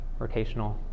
rotational